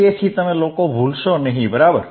તેથી તમે લોકો ભૂલશો નહીં બરાબર